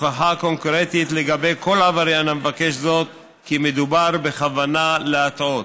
הוכחה קונקרטית לגבי כל עבריין המבקש זאת שמדובר בכוונה להטעות